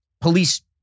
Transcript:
police